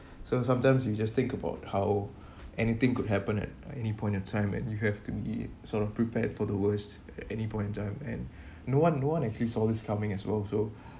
so sometimes you just think about how anything could happen at any point in time and you have to be sort of prepared for the worst at any point in time and no one no one actually saw all this coming as well also